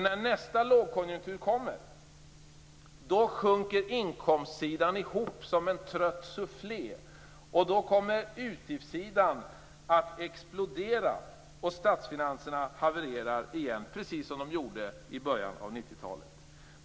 När nästa lågkonjunktur kommer sjunker inkomstsidan ihop som en trött sufflé, och då kommer utgiftssidan att explodera och därmed havererar statsfinanserna igen, precis som de gjorde i början av 90-talet.